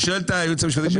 אני שואל את הייעוץ המשפטי,